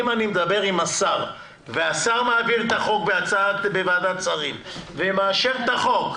אני מדבר עם השר והשר מעביר את החוק בוועדת שרים ומאשר אותו,